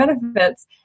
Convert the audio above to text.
benefits